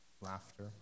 laughter